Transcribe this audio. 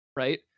right